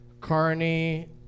Carney